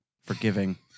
forgiving